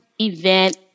event